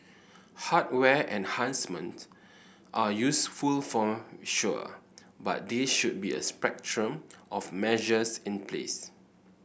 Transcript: hardware enhancements are useful for sure but there should be a spectrum of measures in place